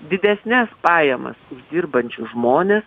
didesnes pajamas uždirbančius žmones